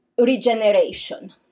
regeneration